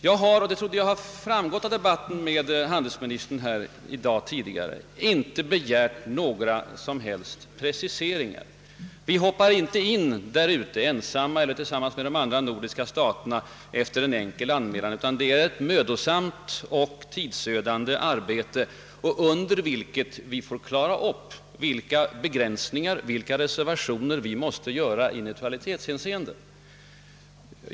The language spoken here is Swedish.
Jag har, och jag trodde det hade framgått av debatten med handelsministern i dag tidigare, inte begärt några som helst preciseringar. Vi hoppar inte in därute ensamma eller tillsammans med de andra nordiska staterna med en enkel anmälan. Dessförinnan krävs ett mödosamt och tidsödande arbete, under vilket vi får klara upp vilka begränsningar, vilka reservationer, vi måste göra bl.a. i neutralitetshänseen de.